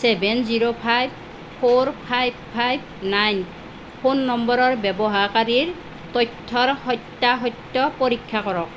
seven zero five four five five nine phone নম্বৰৰ ব্যৱহাৰকাৰীৰ তথ্যৰ সত্য়াসত্য় পৰীক্ষা কৰক